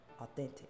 authentic